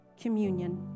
Communion